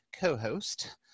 co-host